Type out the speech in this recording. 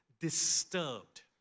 disturbed